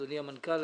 אדוני המנכ"ל,